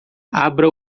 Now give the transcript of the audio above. abra